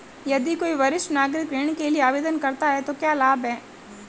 यदि कोई वरिष्ठ नागरिक ऋण के लिए आवेदन करता है तो क्या लाभ हैं?